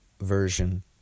version